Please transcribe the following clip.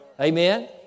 Amen